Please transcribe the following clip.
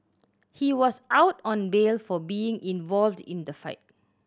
he was out on bail for being involved in the fight